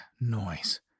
noise